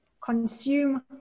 Consume